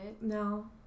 No